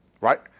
Right